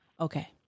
okay